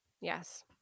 Yes